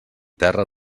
terra